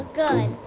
good